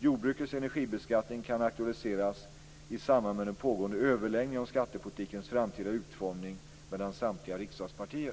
Jordbrukets energibeskattning kan aktualiseras i samband med de pågående överläggningarna om skattepolitikens framtida utformning mellan samtliga riksdagspartier.